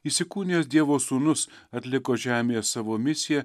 įsikūnijęs dievo sūnus atliko žemėje savo misiją